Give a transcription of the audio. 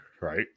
right